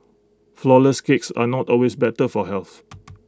Flourless Cakes are not always better for health